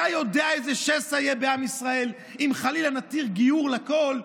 אתה יודע איזה שסע יהיה בעם ישראל אם חלילה נתיר גיור לכול?